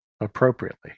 appropriately